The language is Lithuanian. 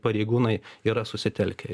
pareigūnai yra susitelkę